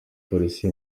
polisi